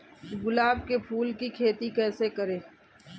गुलाब के फूल की खेती कैसे करें?